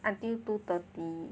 until two thirty